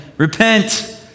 Repent